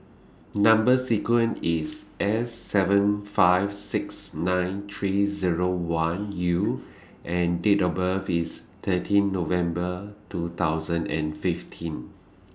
Number sequence IS S seven five six nine three Zero one U and Date of birth IS thirteen November two thousand and fifteen